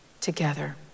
together